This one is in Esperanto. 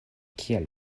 kiel